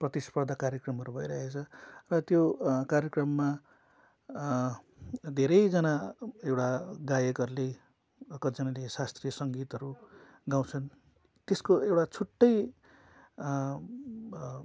प्रतिस्पर्धा कार्यक्रमहरू भइरहेको छ र त्यो कर्यक्रममा धेरैजना एउटा गायकहरूले कतिजनाले शास्त्रीय सङ्गीतहरू गाउँछन् त्यसको एउटा छुट्टै